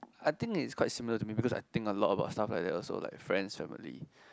I think is quite similar to me because I think a lot about stuff like that also like friends family